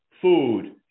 food